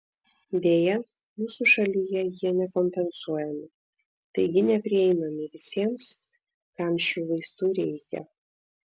deja mūsų šalyje jie nekompensuojami taigi neprieinami visiems kam šių vaistų reikia